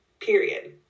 Period